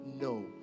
no